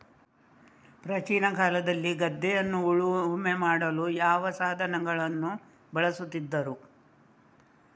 ಪ್ರಾಚೀನ ಕಾಲದಲ್ಲಿ ಗದ್ದೆಯನ್ನು ಉಳುಮೆ ಮಾಡಲು ಯಾವ ಸಾಧನಗಳನ್ನು ಬಳಸುತ್ತಿದ್ದರು?